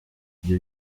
ibyo